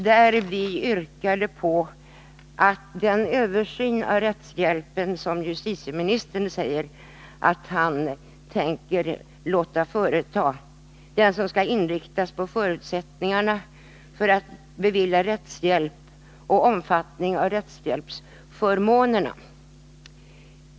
Vårt yrkande gällde den översyn av rättshjälpen som justitieministern tänker låta företa och som skall inriktas på förutsättningarna för att bevilja rättshjälp och omfattningen av rättshjälpsförmånerna.